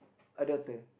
a daughter